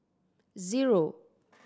zero